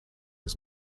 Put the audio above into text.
his